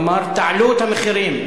אמר: תעלו את המחירים.